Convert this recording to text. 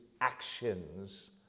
actions